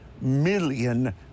million